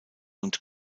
und